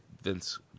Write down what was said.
Vince